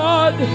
God